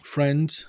Friends